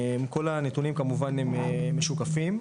כל הנתונים כמובן, הם משוקפים.